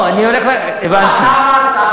אתה אמרת,